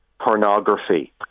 pornography